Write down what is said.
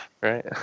Right